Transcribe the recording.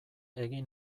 egin